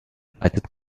bereitet